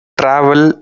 travel